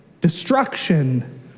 destruction